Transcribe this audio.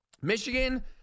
Michigan